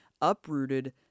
uprooted